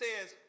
says